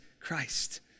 Christ